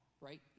right